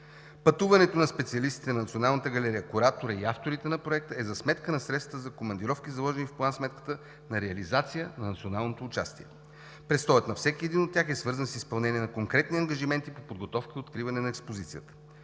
галерия, кураторите и авторите на Проекта е за сметка на средствата за командировки, заложени в план-сметката за реализация на националното участие. Предстоят на всеки от тях е свързан с изпълнение на конкретни ангажименти по подготовката за откриването на експозицията.